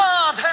God